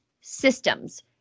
systems